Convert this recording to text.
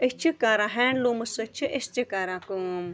أسۍ چھِ کَران ہینٛڈلوٗمَس سۭتۍ چھِ أسۍ تہِ کَران کٲم